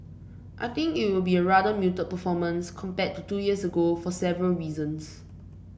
I think it will be a rather muted performance compared to two years ago for several reasons